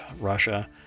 Russia